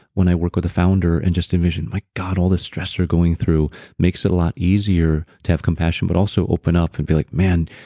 when i work with a founder and just envision my god, all the stress they're going through makes it a lot easier to have compassion but also open up and be like, man,